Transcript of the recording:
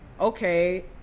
okay